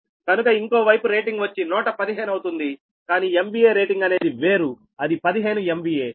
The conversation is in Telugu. కనుక ఇంకో వైపు రేటింగ్ వచ్చి 115 అవుతుంది కానీ MVA రేటింగ్ అనేది వేరు అది 15 MVA